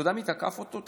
אתה יודע מי תקף אותו?